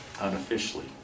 unofficially